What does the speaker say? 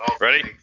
Ready